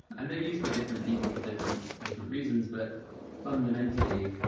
and they're used by different people for different different reasons. but fundamentally,